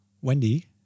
Wendy